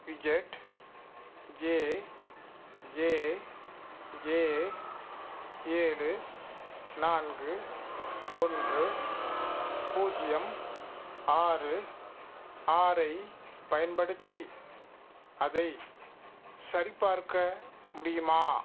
ZJJJ ஏழு நான்கு ஒன்று பூஜ்ஜியம் ஆறு ஆறைப் பயன்படுத்தி அதைச் சரிப்பார்க்க முடியுமா